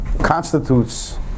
constitutes